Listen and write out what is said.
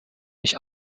mich